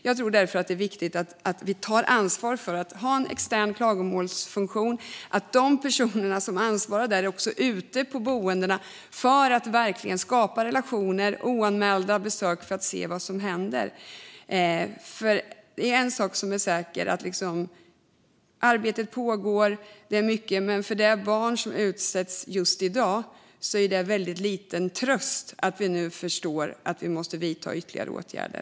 Jag tror därför att det är viktigt att vi tar ansvar för att ha en extern klagomålsfunktion och att de personer som ansvarar där också är ute på boendena för att verkligen skapa relationer och gör oanmälda besök för att se vad som händer. En sak är säker: Arbete pågår, och det är mycket. Men för de barn som utsätts just i dag är det en väldigt liten tröst att vi nu förstår att vi måste vidta ytterligare åtgärder.